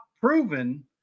proven